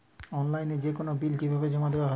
অনলাইনে যেকোনো বিল কিভাবে জমা দেওয়া হয়?